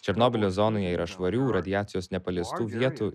černobylio zonoje yra švarių radiacijos nepaliestų vietų